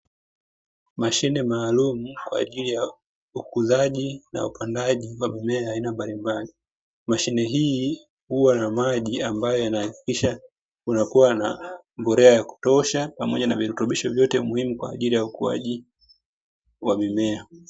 Mashine maalum kwa ajili ya ukuzaji na upandaji wa mimea ya aina mbalimbali, mashine hii huwa na maji ambayo yanahakikisha kunakuwa na mbolea ya kutosha pamoja na virutubisho vyote muhimu kwa ajili ya ukuwaji wa mimea.